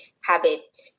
habit